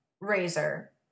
Razor